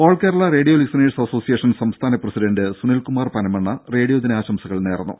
all Kerala radio listeners association സംസ്ഥാന president Sunilkumar Panamanna റേഡിയോദിനാ ആശംസകൾ നേർന്നു